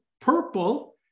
purple